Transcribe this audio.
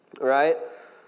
Right